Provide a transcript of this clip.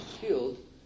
killed